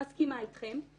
אני מסכימה איתכם.